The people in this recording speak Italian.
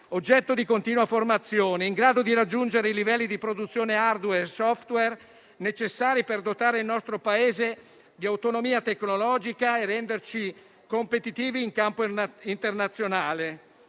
oggetto di continua formazione, in grado di raggiungere i livelli di produzione *hardware* e *software* necessari per dotare il nostro Paese di autonomia tecnologica e renderci competitivi in campo internazionale.